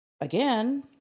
Again